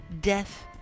death